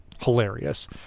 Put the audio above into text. hilarious